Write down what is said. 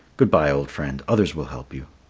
good-bye, old friend. others will help you.